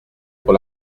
pour